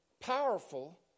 powerful